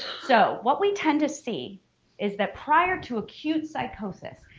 so what we tend to see is that prior to acute psychosis,